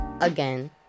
again